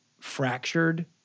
fractured